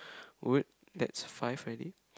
wood that's five already